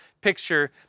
picture